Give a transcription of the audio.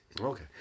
Okay